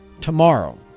tomorrow